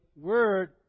Word